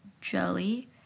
jelly